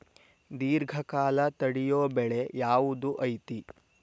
ದೇರ್ಘಕಾಲ ತಡಿಯೋ ಬೆಳೆ ಯಾವ್ದು ಐತಿ?